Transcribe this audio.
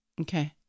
Okay